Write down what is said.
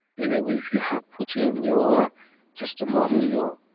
even if you have put in your testimonial,